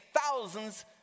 thousands